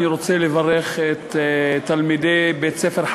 אני רוצה לברך את תלמידי בית-הספר,